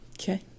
Okay